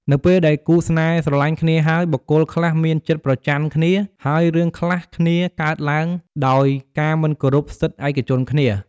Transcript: នៅពេលដែលគូរស្នេហ៍ស្រលាញ់គ្នាហើយបុគ្គលខ្លះមានចិត្តប្រចណ្ឌគ្នា ហើយរឿងខ្លះគ្នាកើតឡើងដោយការមិនគោរពសិទ្ធឯកជនគ្នា។